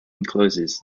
encloses